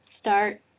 Start